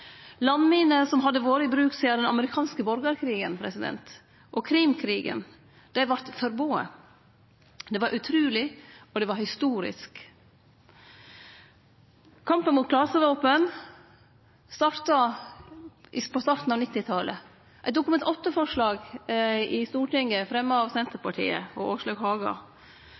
som hadde vore i bruk sidan den amerikanske borgarkrigen og Krimkrigen, vart forbodne. Det var utruleg, og det var historisk. Kampen mot klasevåpen starta på byrjinga av 2000-talet – eit Dokument nr. 8-forslag i Stortinget fremja av Senterpartiet og